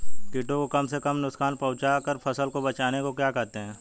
कीटों को कम से कम नुकसान पहुंचा कर फसल को बचाने को क्या कहते हैं?